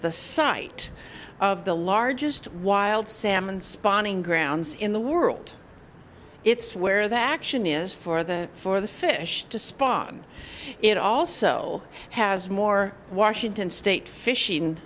site of the largest wild salmon spawning grounds in the world it's where the action is for the for the fish to spawn it also has more washington state fishing